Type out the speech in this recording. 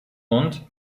und